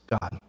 God